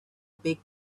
big